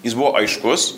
jis buvo aiškus